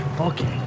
Okay